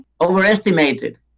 overestimated